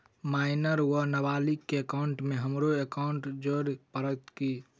Minor वा नबालिग केँ एकाउंटमे हमरो एकाउन्ट जोड़य पड़त की?